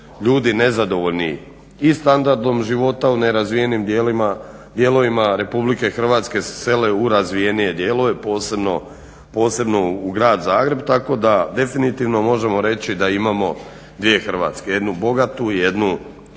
ljudi nezadovoljni i standardom života u nerazvijenim dijelovima Republike Hrvatske se sele u razvijenije dijelove posebno u grad Zagreb tako da definitivno možemo reći da imamo dvije Hrvatske, jednu bogatu jednu siromašnu,